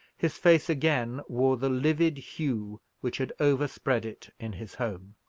his face again wore the livid hue which had overspread it in his home.